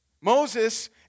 Moses